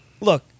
look